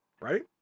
right